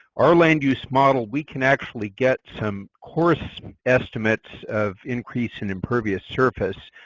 our land use model, we can actually get some coarse estimates of increase in impervious surface.